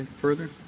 further